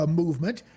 movement